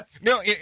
No